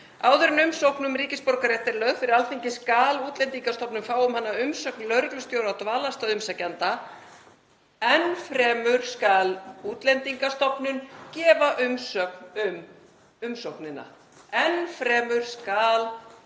Áður en umsókn um ríkisborgararétt er lögð fyrir Alþingi skal Útlendingastofnun fá um hana umsögn lögreglustjóra á dvalarstað umsækjanda. Enn fremur skal Útlendingastofnun gefa umsögn um umsóknina.“ — Enn fremur skal